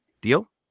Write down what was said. Deal